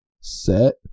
set